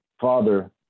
father